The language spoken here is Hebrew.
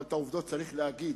אבל את העובדות צריך להגיד.